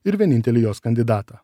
ir vienintelį jos kandidatą